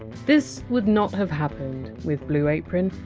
this would not have happened with blue apron,